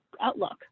outlook